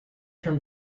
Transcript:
term